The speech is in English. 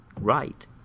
right